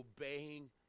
obeying